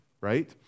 right